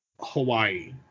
hawaii